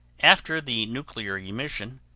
after the nuclear emission,